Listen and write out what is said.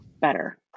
better